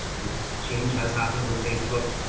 the change has happened with facebook.